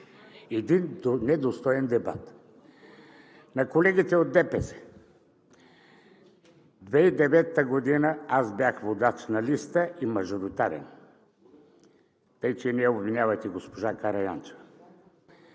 Един недостоен дебат. На колегите от ДПС. 2009 г. аз бях водач на листа и мажоритарен, тъй че не обвинявайте госпожа Караянчева.